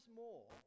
more